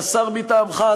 והשר מטעמך,